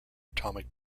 atomic